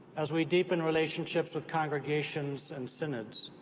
as we deepen relationships with congregations and synods,